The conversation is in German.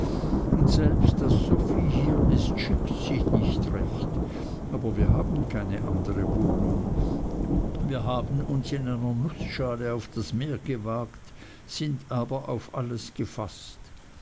und selbst daß sophie hier ist schickt sich nicht recht aber wir haben keine andere wohnung wir haben uns in einer nußschale auf das meer gewagt sind aber auf alles gefaßt